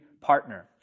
partner